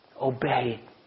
obey